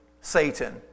Satan